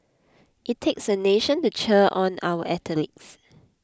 it takes a nation to cheer on our athletes